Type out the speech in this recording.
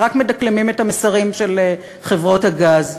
הם רק מדקלמים את המסרים של חברות הגז.